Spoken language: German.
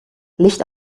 licht